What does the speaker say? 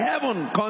heaven